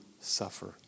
suffer